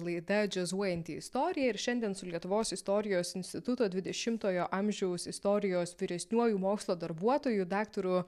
laida džiazuojanti istorija ir šiandien su lietuvos istorijos instituto dvidešimtojo amžiaus istorijos vyresniuoju mokslo darbuotoju daktaru